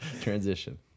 transition